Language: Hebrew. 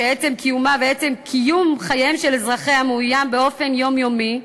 שעצם קיומה ועצם קיום חייהם של אזרחיה מאוים באופן יומיומי,